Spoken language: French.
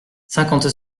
cinquante